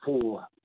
four